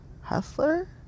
Hustler